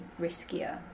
riskier